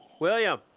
William